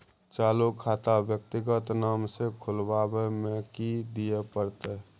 चालू खाता व्यक्तिगत नाम से खुलवाबै में कि की दिये परतै?